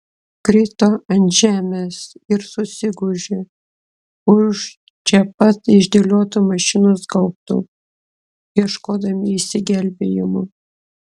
krito ant žemės ir susigūžė už čia pat išdėliotų mašinos gaubtų ieškodami išsigelbėjimo